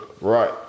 Right